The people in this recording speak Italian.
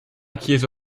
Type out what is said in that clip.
chiesa